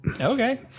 okay